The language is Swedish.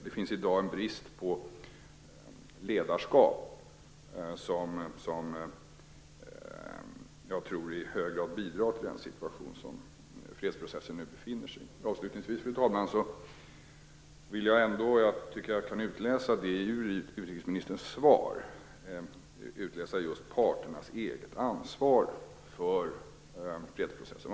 Det finns i dag en brist på ledarskap som jag tror i hög grad bidrar till den situation som fredsprocessen nu befinner sig i. Avslutningsvis, fru talman, vill jag säga att jag ändå kan utläsa i utrikesministerns svar parternas eget ansvar för fredsprocessen.